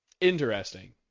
Interesting